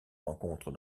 rencontre